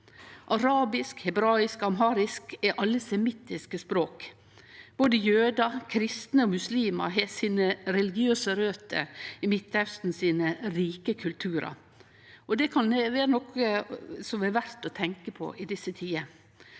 Arabisk, hebraisk og amharisk er alle semittiske språk. Både jødar, kristne og muslimar har sine religiøse røter i Midtaustens rike kulturar. Det kan vere noko som er verdt å tenkje på i desse tider.